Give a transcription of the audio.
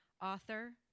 author